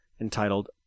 entitled